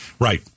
Right